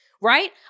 right